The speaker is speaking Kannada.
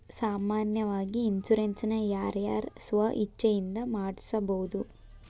ಸಾಮಾನ್ಯಾವಾಗಿ ಇನ್ಸುರೆನ್ಸ್ ನ ಯಾರ್ ಯಾರ್ ಸ್ವ ಇಛ್ಛೆಇಂದಾ ಮಾಡ್ಸಬೊದು?